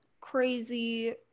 crazy